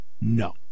No